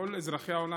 כל אזרחי העולם,